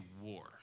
war